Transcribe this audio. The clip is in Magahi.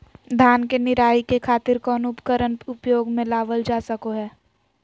धान के निराई के खातिर कौन उपकरण उपयोग मे लावल जा सको हय?